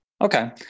Okay